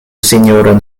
sinjorinon